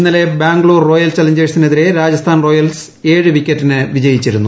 ഇന്നലെ ബാംഗ്ലൂർ റോയൽ ചാലഞ്ചേഴ്സിന് എതിരെ രാജസ്ഥാൻ റോയൽസ് ഏഴ് വിക്കറ്റിന് വിജയിച്ചിരുന്നു